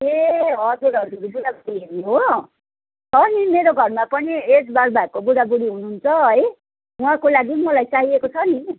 ए हजुर हजुर बुढाबुढी हेर्ने हो छ नि मेरो घरमा पनि एज बार भएको बुढाबुढी हुनुहुन्छ है उहाँको लागि पनि मलाई चाहिएको छ नि